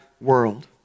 world